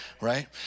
right